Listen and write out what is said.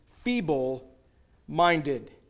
feeble-minded